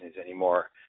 anymore